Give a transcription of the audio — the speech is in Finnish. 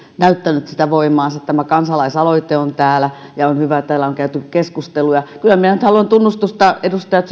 näyttänyt sitä voimaansa tämä kansalaisaloite on täällä ja on hyvä että täällä on käyty keskusteluja kyllä minä nyt haluan tunnustusta myös edustaja